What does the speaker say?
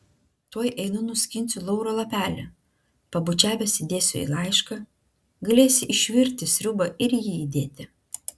tuoj einu nuskinsiu lauro lapelį pabučiavęs įdėsiu į laišką galėsi išvirti sriubą ir jį įdėti